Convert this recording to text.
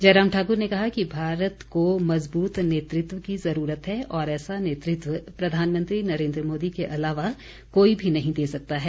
जयराम ठाकुर ने कहा कि भारत को मजबूत नेतृत्व की ज़रूरत है और ऐसा नेतृत्व प्रधानमंत्री नरेन्द्र मोदी के अलावा कोई भी नहीं दे सकता है